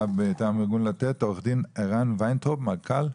עו"ד ערן וינטרוב, מנכ"ל.